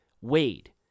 Wade